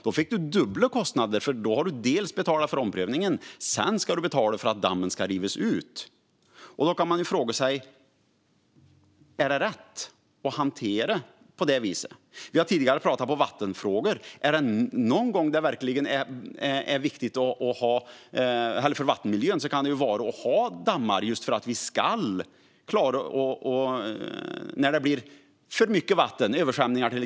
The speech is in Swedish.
Då fick man dubbla kostnader, för då hade man först betalat för omprövningen, och sedan skulle man betala för att dammen ska rivas ut. Då kan man fråga sig: Är det rätt att hantera det här på det viset? Vi har tidigare pratat om vattenfrågor och vattenmiljön. Är det något som verkligen är viktigt för vattenmiljön är det att vi har dammar - just för att vi ska klara oss när det blir för mycket vatten, till exempel vid översvämningar.